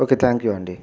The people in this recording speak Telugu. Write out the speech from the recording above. ఓకే థ్యాంక్ యూ అండి